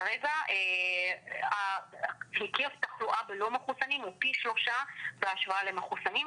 כרגע היקף תחלואה בלא מחוסנים הוא פי שלושה בהשוואה למחוסנים,